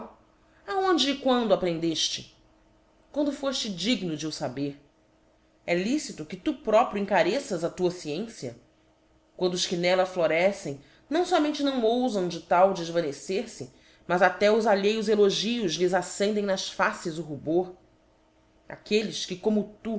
aonde e quando o aprendefte quando fofte digno de o faber é licito que tu próprio encareças a tua fciencia quando os que n'ella florecem não fomente não oufam de tal defvanecer fe mas até os alheios elogios lhes accendem nas faces o rubor aquelies que como tu